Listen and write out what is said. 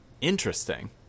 Interesting